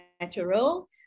natural